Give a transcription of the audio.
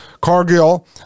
Cargill